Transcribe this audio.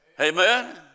Amen